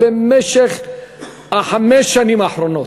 במשך חמש השנים האחרונות,